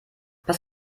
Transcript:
pass